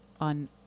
on